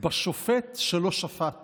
"בשופט שלא שפט